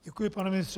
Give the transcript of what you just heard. Děkuji, pane ministře.